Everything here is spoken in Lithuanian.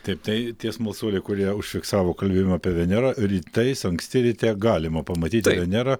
taip tai tie smalsuoliai kurie užfiksavo kalbėjimą apie venerą rytais anksti ryte galima pamatyti venerą